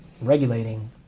regulating